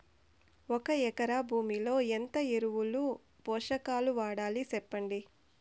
ఒక ఎకరా భూమిలో ఎంత ఎరువులు, పోషకాలు వాడాలి సెప్పండి?